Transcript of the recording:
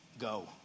go